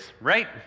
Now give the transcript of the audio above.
right